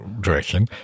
direction